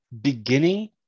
beginning